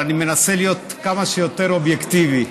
אבל אני מנסה להיות כמה שיותר אובייקטיבי.